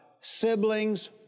siblings